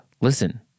listen